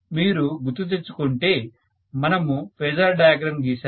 మీరు గుర్తు తెచ్చుకుంటే మనము ఫేజార్ డయాగ్రం గీసాము